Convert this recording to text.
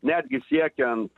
netgi siekiant